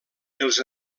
els